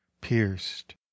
pierced